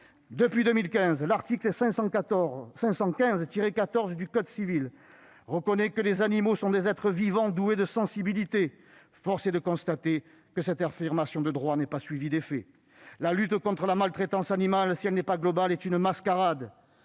Depuis 2015, l'article 515-14 de notre code civil proclame que les animaux sont « des êtres vivants doués de sensibilité ». Or force est de constater que cette affirmation de droit n'est pas suivie d'effet. La lutte contre la maltraitance animale, si elle n'est pas globale, est une mascarade